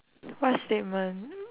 what statement